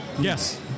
Yes